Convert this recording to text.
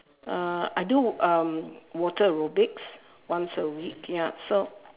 uh I do um water aerobics once a week ya so